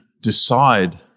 decide